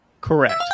correct